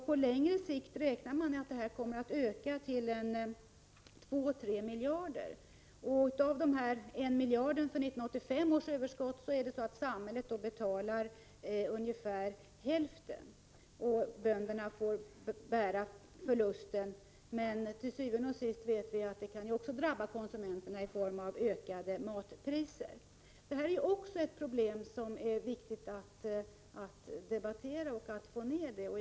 På längre sikt räknar man med att denna kostnad kommer att öka till 2-3 miljarder. Av summan 1 miljard för 1985 års överskott betalar samhället ungefär hälften, och bönderna får bära resterande förlust. Men vi vet att denna överproduktion til syvende og sidst kan drabba konsumenterna i form av högre matpriser. Det är viktigt att vi också debatterar överproduktionen av livsmedel och att vi får ner överskottet.